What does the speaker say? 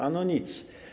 Ano nic.